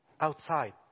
outside